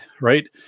right